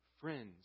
friends